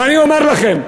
אני אומר לכם,